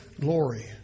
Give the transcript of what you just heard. glory